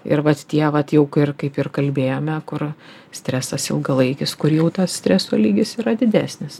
ir vat tie vat jau ir kaip ir kalbėjome kur stresas ilgalaikis kur jau tas streso lygis yra didesnis